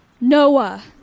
Noah